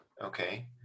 Okay